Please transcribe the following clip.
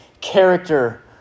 character